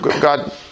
God